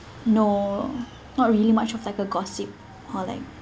no not really much of like a gossip or like